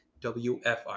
WFR